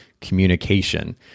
communication